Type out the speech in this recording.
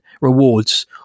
rewards